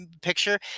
picture